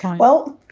well,